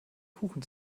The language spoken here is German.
kuchen